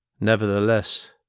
Nevertheless